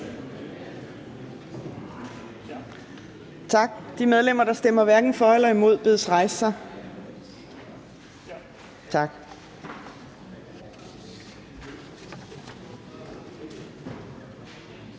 Tak. De medlemmer, der stemmer hverken for eller imod, bedes rejse sig. Tak.